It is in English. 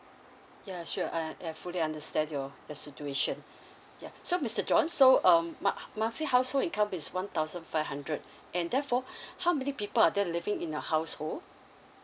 yeah sure I I fully understand your the situation yeah so mister john so um mo~ uh monthly household income is one thousand five hundred and therefore how many people are there living in your household